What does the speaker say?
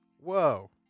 Whoa